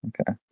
Okay